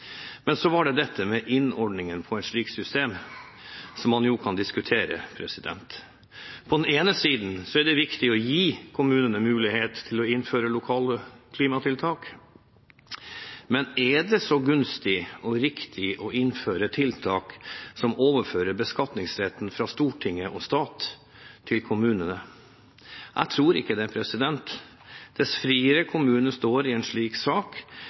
Men så var det dette med innordningen av et slikt system, som man jo kan diskutere. På den ene siden er det viktig å gi kommunene mulighet til å innføre lokale klimatiltak, men er det så gunstig og riktig å innføre tiltak som overfører beskatningsretten fra storting og stat til kommunene? Jeg tror ikke det. Dess friere kommunene står i en slik sak,